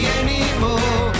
anymore